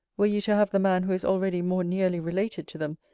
were you to have the man who is already more nearly related to them,